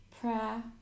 prayer